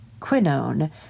quinone